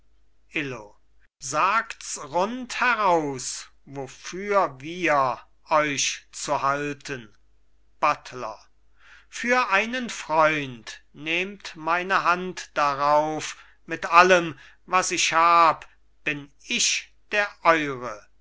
illo sagts rund heraus wofür wir euch zu halten buttler für einen freund nehmt meine hand darauf mit allem was ich hab bin ich der eure